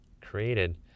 created